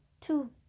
two